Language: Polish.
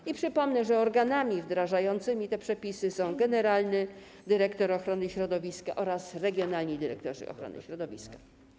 I przypomnę, że organami wdrażającymi te przepisy są generalny dyrektor ochrony środowiska oraz regionalni dyrektorzy ochrony środowiska.